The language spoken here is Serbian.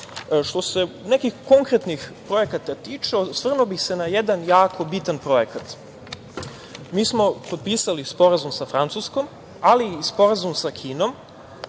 se nekih konkretnih projekata tiče, osvrnuo bih se na jedan jako bitan projekat. Mi smo potpisali sporazum sa Francuskom, ali i sporazum sa Kinom,